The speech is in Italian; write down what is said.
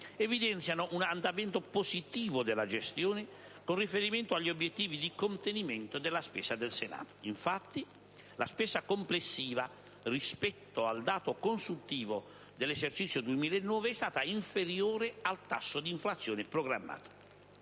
evidenzino un andamento positivo della gestione, con riferimento agli obiettivi di contenimento della spesa del Senato: infatti, la spesa complessiva, rispetto al dato consuntivo dell'esercizio 2009, è stata inferiore al tasso di inflazione programmato.